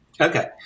Okay